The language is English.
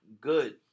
good